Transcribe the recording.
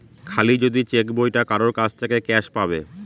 খালি যদি চেক বইটা কারোর কাছে থাকে ক্যাস পাবে